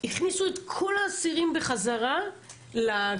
הכניסו את כל האסירים בחזרה לכלא.